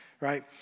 right